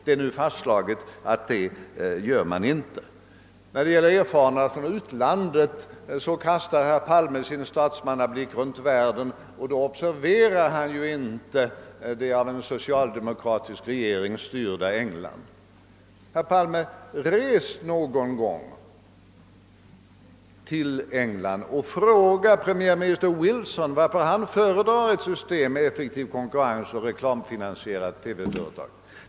Det är nu fastslaget att de inte gör detta. När det gäller erfarenheterna från utlandet kastar herr Palme sin statsmannablick runt världen men observerar då inte det av en socialdemokratisk regering styrda England. Herr Palme! Res någon gång till England och fråga premiärminister Wilson varför han föredrar ett system med effektiv konkurrens och ett reklamfinansierat TV-företag.